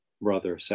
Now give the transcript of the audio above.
brother